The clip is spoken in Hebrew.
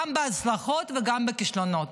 גם בהצלחות וגם בכישלונות.